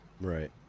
Right